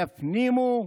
יפנימו,